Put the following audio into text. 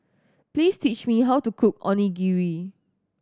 please teach me how to cook Onigiri